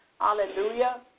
Hallelujah